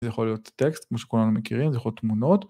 זה יכול להיות טקסט, כמו שכולנו מכירים, זה יכול להיות תמונות.